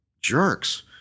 jerks